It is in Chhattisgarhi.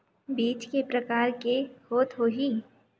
बीज के प्रकार के होत होही?